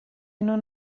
non